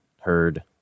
heard